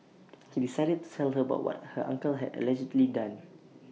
he decided to tell her about what her uncle had allegedly done